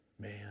man